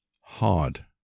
hard